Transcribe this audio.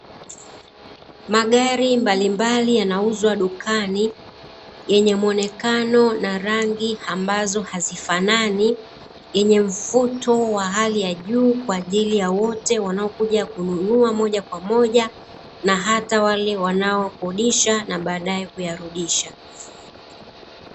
Magari mbalimbali yanauzwa dukani, yenye muonekano na rangi ambazo hazifanani, yenye mvuto wa hali ya juu kwa ajili ya wote wanaokuja kununua moja kwa moja na hata wale wanaokodisha na baadae kuyarudisha.